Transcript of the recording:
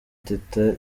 teta